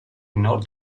nord